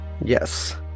Yes